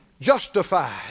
justified